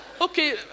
Okay